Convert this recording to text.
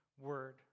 word